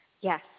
yes